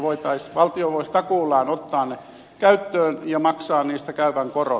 mutta valtio voisi takuullaan ottaa ne käyttöön ja maksaa niistä käyvän koron